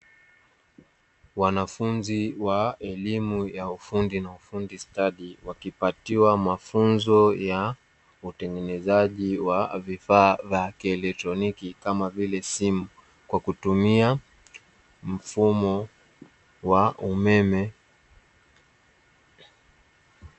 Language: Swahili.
Wanafunzi wa elimu ya ufundi na ufundi studi wakipatiwa mafunzo ya utengenezaji wa vifaa vya kieletroniki kama vile simu kwa kutumia mfumo wa umeme.